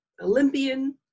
Olympian